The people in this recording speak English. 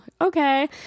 Okay